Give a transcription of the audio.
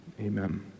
Amen